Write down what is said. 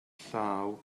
llaw